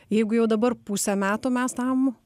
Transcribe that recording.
jeigu jau dabar pusę metų mes tam